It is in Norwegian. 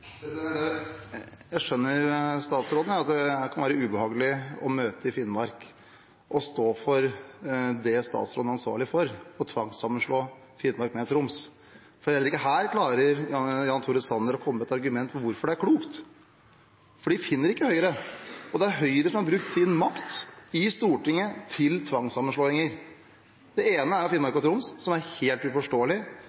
Jeg skjønner statsråden. Det kan være ubehagelig å møte i Finnmark og stå for det statsråden er ansvarlig for – å tvangssammenslå Finnmark med Troms. Heller ikke her klarer Jan Tore Sanner å komme med et argument for hvorfor det er klokt, for det finner ikke Høyre. Det er Høyre som har brukt sin makt i Stortinget til tvangssammenslåinger. Det ene er Finnmark